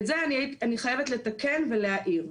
את זה אני חייבת לתקן ולהעיר.